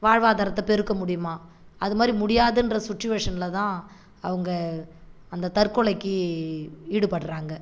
வாழ்வாதாரத்தை பெருக்க முடியுமா அது மாரி முடியாதுன்ற சுட்சிவேஷனில் தான் அவங்க அந்த தற்கொலைக்கு ஈடுபடுறாங்க